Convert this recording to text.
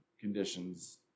conditions